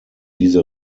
diese